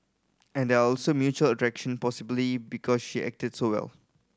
and there also mutual attraction possibly because she acted so well